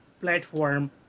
platform